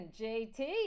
JT